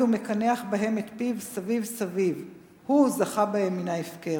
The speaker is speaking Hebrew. ומקנח בהם/ את פיו סביב סביב/ הוא זכה בהם מן ההפקר.